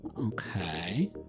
Okay